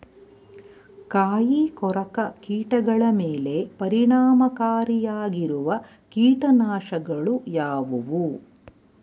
ಕಾಯಿಕೊರಕ ಕೀಟಗಳ ಮೇಲೆ ಪರಿಣಾಮಕಾರಿಯಾಗಿರುವ ಕೀಟನಾಶಗಳು ಯಾವುವು?